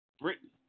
Britain